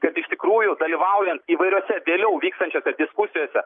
kad iš tikrųjų dalyvaujant įvairiose vėliau vykstančiose diskusijose